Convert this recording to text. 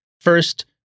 First